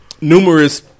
numerous